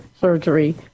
surgery